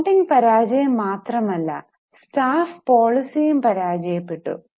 accounting പരാജയം മാത്രമല്ല staff പോളിസിയും പരാജയപെട്ടു